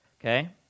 Okay